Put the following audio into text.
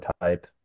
type